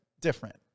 different